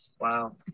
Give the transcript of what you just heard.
Wow